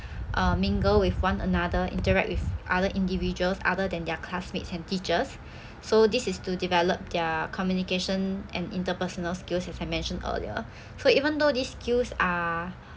uh mingle with one another interact with other individuals other than their classmates and teachers so this is to develop their communication and interpersonal skills as I mentioned earlier so even though these skills are